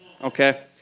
Okay